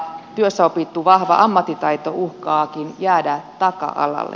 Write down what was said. työssä opittu vahva ammattitaito uhkaakin jäädä taka alalle